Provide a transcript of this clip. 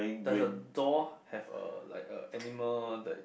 does your door have a like a animal that